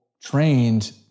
trained